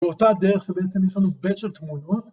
באותה הדרך שבעצם יש לנו באצ' של תמונות